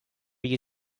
you